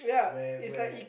where were